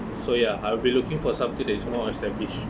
so ya I will be looking for something that is more established